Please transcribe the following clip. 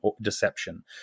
deception